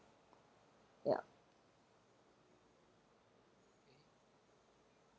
yeah